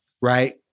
right